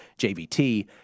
JVT